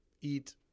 eat